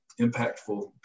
impactful